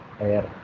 air